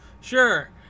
Sure